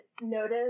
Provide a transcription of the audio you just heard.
notice